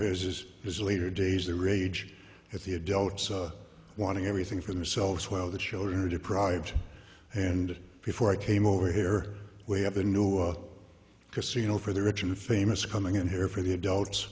as is his later days the rage at the adults wanting everything for themselves while the children are deprived and before i came over here we have a new casino for the rich and famous coming in here for the adults